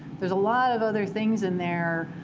there's a lot of other things in there